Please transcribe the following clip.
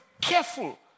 careful